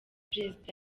prezida